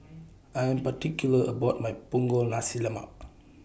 I Am particular about My Punggol Nasi Lemak